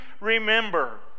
remember